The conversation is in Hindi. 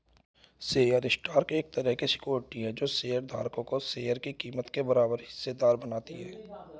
शेयर स्टॉक एक तरह की सिक्योरिटी है जो शेयर धारक को शेयर की कीमत के बराबर हिस्सेदार बनाती है